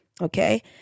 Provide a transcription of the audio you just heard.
Okay